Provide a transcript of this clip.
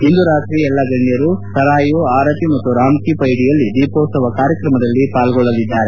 ಇಂದು ರಾತ್ರಿ ಎಲ್ಲ ಗಣ್ಣರು ಸರಾಯು ಆರತಿ ಹಾಗೂ ರಾಮ್ಕಿ ಪೈಡಿಯಲ್ಲಿ ದೀಪೋತ್ವವ ಕಾರ್ಯಕ್ರಮದಲ್ಲಿ ಪಾರ್ಗೊಳ್ಳಲಿದ್ದಾರೆ